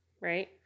right